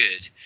good